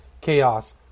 Chaos